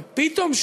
ופתאום,